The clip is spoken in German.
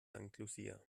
lucia